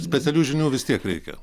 specialių žinių vis tiek reikia